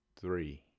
Three